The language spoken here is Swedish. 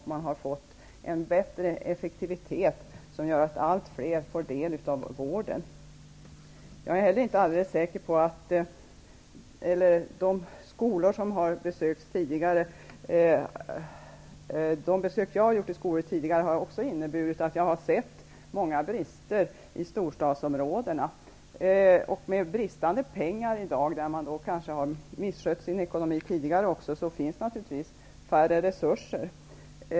Man har fått en bättre effektivitet, som gör att allt fler får del av vården. Vid de besök jag har gjort i skolor tidigare har jag sett många brister i storstadsområdena. Det är brist på pengar i dag -- man har kanske misskött sin ekonomi tidigare, och därför finns det färre resurser.